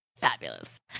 Fabulous